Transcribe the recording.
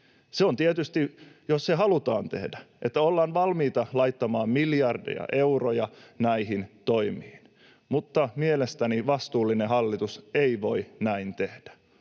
Tietysti jos se halutaan tehdä ja ollaan valmiita laittamaan miljardeja euroja näihin toimiin... Mielestäni vastuullinen hallitus ei voi näin tehdä.